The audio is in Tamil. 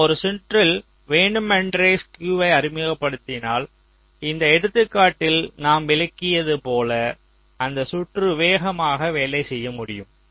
நாம் ஒரு சுற்றில் வேண்டுமென்றே ஸ்குயுவை அறிமுகப்படுத்தினால் இந்த எடுத்துக்காட்டில் நாம் விளக்கியது போல அந்த சுற்று வேகமாக வேலை செய்ய முடியும்